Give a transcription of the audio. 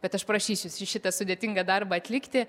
bet aš prašysiu į šitą sudėtingą darbą atlikti